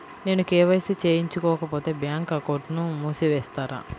నేను కే.వై.సి చేయించుకోకపోతే బ్యాంక్ అకౌంట్ను మూసివేస్తారా?